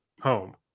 home